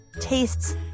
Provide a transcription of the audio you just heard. tastes